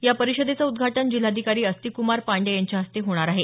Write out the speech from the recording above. या परिषदेचं उद्घाटन जिल्हाधिकारी आस्तिकक्मार पाण्डेय यांच्या हस्ते होणार आहे